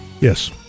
Yes